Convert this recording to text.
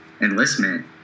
enlistment